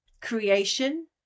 creation